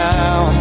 now